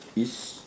is